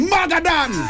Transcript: Magadan